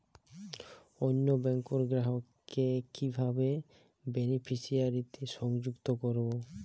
অন্য ব্যাংক র গ্রাহক কে কিভাবে বেনিফিসিয়ারি তে সংযুক্ত করবো?